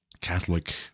Catholic